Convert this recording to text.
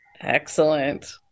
Excellent